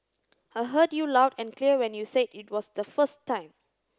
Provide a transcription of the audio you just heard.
I heard you loud and clear when you said it was the first time